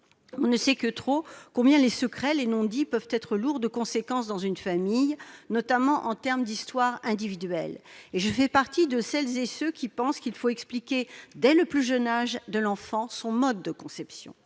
On ne sait que trop combien les secrets, les non-dits, peuvent être lourds de conséquences dans une famille, notamment en termes d'histoire individuelle. Je fais partie de celles et ceux qui pensent qu'il faut révéler dès son plus jeune âge à l'enfant son mode de conception.